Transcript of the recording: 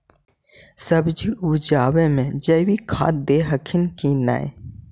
सब्जिया उपजाबे मे जैवीक खाद दे हखिन की नैय?